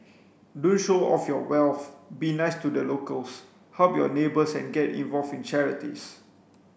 don't show off your wealth be nice to the locals help your neighbours and get involved in charities